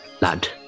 lad